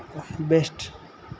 best